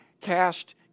cast